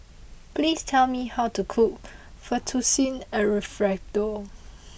please tell me how to cook Fettuccine Alfredo